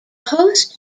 host